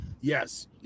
Yes